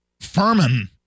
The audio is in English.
Furman